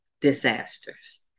disasters